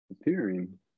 appearing